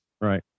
Right